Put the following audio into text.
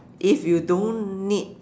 if you don't need